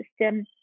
system